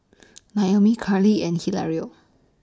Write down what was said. Naomi Carlee and Hilario